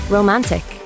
Romantic